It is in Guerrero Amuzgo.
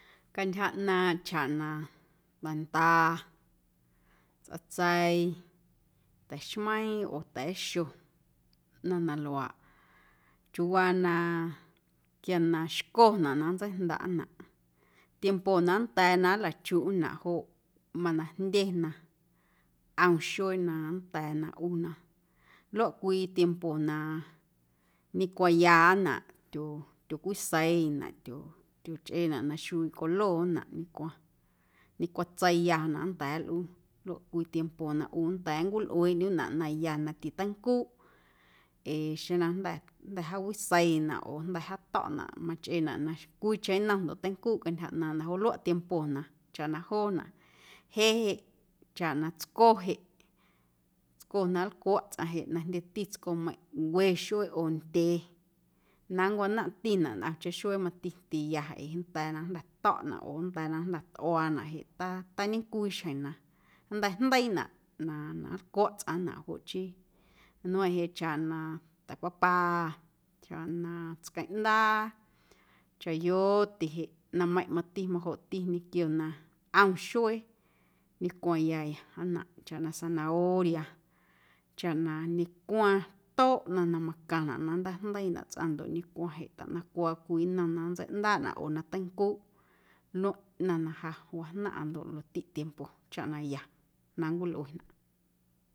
Cantyja ꞌnaaⁿꞌ chaꞌ na ta̱nda, tsꞌatseii, ta̱xmeiiⁿ oo ta̱a̱xo ꞌnaⁿ na luaaꞌ chiuuwaa na quia na xconaꞌ na nntseijndaꞌnaꞌ tiempo na nnda̱a̱ na nlachuꞌnaꞌ joꞌ mana jndye na ꞌom xuee na nnda̱a̱ na ꞌu na luaꞌ cwii tiempo na ñecwayanaꞌ tyo tyocwiseinaꞌ tyo tyochꞌeenaꞌ na xuiiꞌ colonaꞌ ndicwaⁿ ndicwaⁿ tseiiyanaꞌ nnda̱a̱ nlꞌuu luaꞌ cwii tiempo na ꞌu nnda̱a̱ nncwilꞌueeꞌndyuꞌnaꞌ na ya na titeincuuꞌ ee xeⁿ na jnda̱ jnda̱ jaawiseinaꞌ oo jnda̱ jaato̱ꞌnaꞌ machꞌeenaꞌ na cwiicheⁿ nnom ndoꞌ teincuuꞌ cantyja ꞌnaaⁿꞌnaꞌ joꞌ luaꞌ tiempo na chaꞌ na joonaꞌ. Jeꞌ jeꞌ chaꞌ na tsco jeꞌ, tsco na nlcwaꞌ tsꞌaⁿ jeꞌ na jndyeti tscomeiⁿꞌ we xuee oo ndyee na nncwinomꞌtinaꞌ na nncwanomꞌtinaꞌ ntꞌomcheⁿ xuee mati tiya ee nnda̱a̱ na jnda̱ to̱ꞌnaꞌ oo nnda̱a̱ na jnda̱ tꞌuaanaꞌ jeꞌ taa tañecwii xjeⁿ na nnteijndeiinaꞌ na na nlcwaꞌ tsꞌaⁿnaꞌ joꞌ chii nmeiⁿꞌ jeꞌ chaꞌ na ta̱ papa chaꞌ na tsqueⁿꞌndaa, chayote jeꞌ ꞌnaⁿmeiⁿꞌ majoꞌti ñequio ꞌom xuee ndicwaⁿyayanaꞌ chaꞌ na zanahoria chaꞌ na ñecwaⁿ tooꞌ ꞌnaⁿ na macaⁿnaꞌ na nnteijndeiinaꞌ tsꞌaⁿ ndoꞌ ñecwaⁿ jeꞌ taꞌnaⁿ cwaa cwii nnom na nntseiꞌndaaꞌnaꞌ oo na teincuuꞌ nmeiⁿꞌ ꞌnaⁿ na ja wajnaⁿꞌa ndoꞌ luaꞌtiꞌ tiempo chaꞌ na ya na nncwilꞌuenaꞌ.